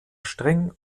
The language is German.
streng